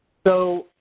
so